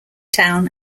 town